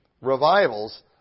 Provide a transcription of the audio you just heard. revivals